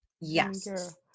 Yes